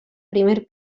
primer